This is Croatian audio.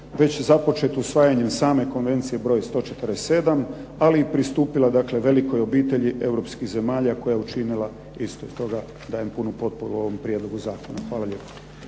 već započet usvajanjem same Konvencije broj 147 ali i pristupila velikoj obitelji europskih zemalja koja je učinila isto. Stoga dajem punu potporu ovom prijedlogu zakona. Hvala lijepo.